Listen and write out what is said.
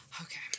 Okay